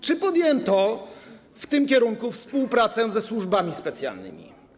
Czy podjęto w tym kierunku współpracę ze służbami specjalnymi?